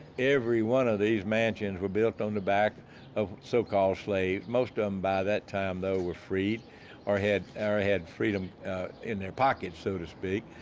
every one of these mansions were built on the back of so-called slaves most of them, by that time, though, were free or had or had freedom in their pockets, so to speak,